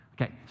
Okay